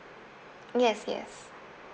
yes yes